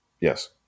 Yes